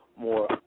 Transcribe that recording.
more